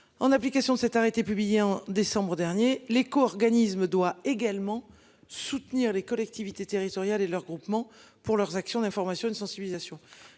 En application de cet arrêté publié en décembre dernier, l'éco-, organisme doit également soutenir les collègues. Activités territoriale et le regroupement pour leurs actions d'information et de sensibilisation.